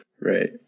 right